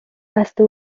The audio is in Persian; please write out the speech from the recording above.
بسته